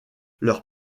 leur